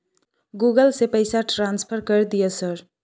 Google से से पैसा ट्रांसफर कर दिय सर?